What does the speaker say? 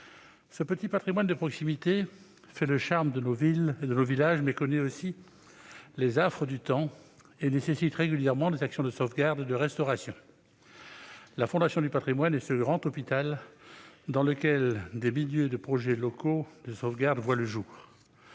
Ce petit patrimoine de proximité fait le charme de nos villes et de nos villages, mais il connaît aussi les affres du temps et nécessite régulièrement des actions de sauvegarde et de restauration. La Fondation du patrimoine est ce grand hôpital dans lequel des milliers de projets locaux de sauvegarde voient le jour.